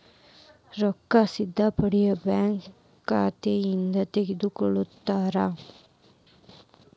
ರೊಕ್ಕಾ ಸೇದಾ ಬ್ಯಾಂಕ್ ಖಾತೆಯಿಂದ ತಗೋತಾರಾ?